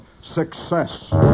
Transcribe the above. success